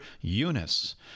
Eunice